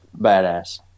badass